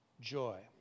joy